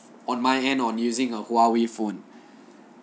on my end on using a huawei phone